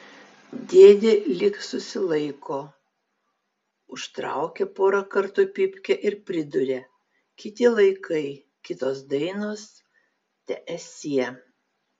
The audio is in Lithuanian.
dėdė lyg susilaiko užtraukia porą kartų pypkę ir priduria kiti laikai kitos dainos teesie